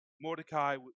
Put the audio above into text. Mordecai